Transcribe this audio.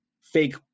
fake